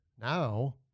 Now